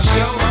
Show